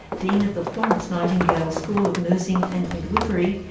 dean of the florence nightingale school of nursing and midwifery,